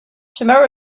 tomorrow